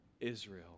Israel